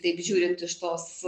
taip žiūrint iš tos